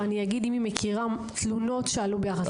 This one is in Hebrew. ואני אגיד אם היא מכירה תלונות שעלו ביחס לזה.